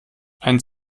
einen